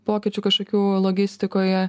pokyčių kažkokių logistikoje